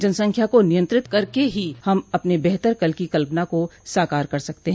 जनसंख्या को नियंत्रित करके ही हम अपने बेहतर कल की कल्पना को साकार कर सकते हैं